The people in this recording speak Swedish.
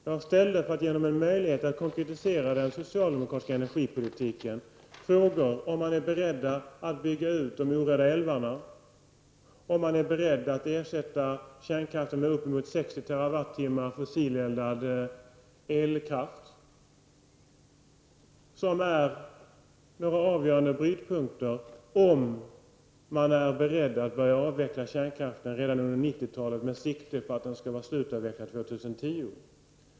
För att ge Göran Magnusson möjlighet att konkretisera den socialdemokratiska energipolitiken ställde jag frågor om man är beredd att bygga ut de orörda älvarna, om man är beredd att ersätta kärnkraften med upp till 60 TWh fossileldad elkraft, och när det gäller avgörande brytpunkter om man är beredd att börja avveckla kärnkraften redan under 90-talet med sikte att det skall vara slutavvecklat år 2010.